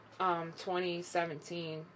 2017